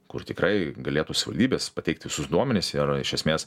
kur tikrai galėtų savivaldybės pateikt visus duomenis ir iš esmės